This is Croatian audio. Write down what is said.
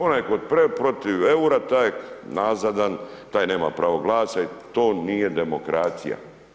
Onaj koji je protiv eura taj je nazadan, taj nema pravo glasa i to nije demokracija.